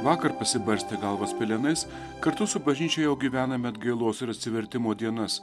vakar pasibarstę galvas pelenais kartu su bažnyčia jau gyvename atgailos ir atsivertimo dienas